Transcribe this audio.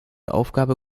aufgabe